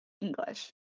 english